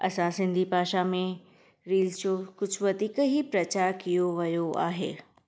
असां सिंधी भाषा में रील्स जो कुझु वधीक ई प्रचारु कयो वियो आहे